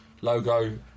logo